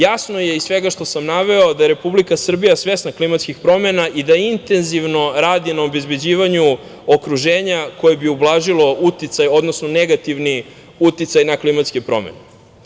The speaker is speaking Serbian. Jasno je iz svega što sam naveo da je Republika Srbija svesna klimatskih promena i da intenzivno radi na obezbeđivanju okruženja koje bi ublažilo uticaj, odnosno negativni uticaj na klimatske promene.